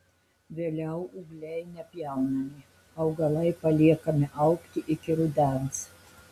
vėliau ūgliai nepjaunami augalai paliekami augti iki rudens